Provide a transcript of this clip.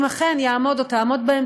אם אכן יעמוד או תעמוד בהם,